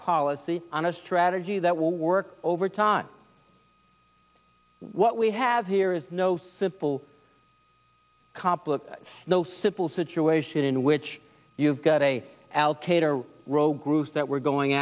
policy on a strategy that will work over time what we have here is no simple simple situation in which you've got a groups that were going